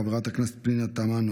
חברת הכנסת פנינה תמנו,